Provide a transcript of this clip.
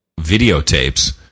videotapes